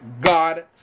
God